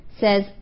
says